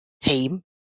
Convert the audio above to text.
team